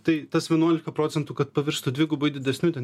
tai tas vienuolika procentų kad pavirstų dvigubai didesniu ten